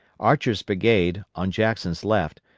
archer's brigade, on jackson's left,